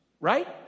Right